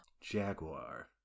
Jaguar